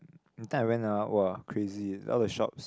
that time I went ah [wah] crazy all the shops